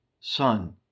Son